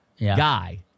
guy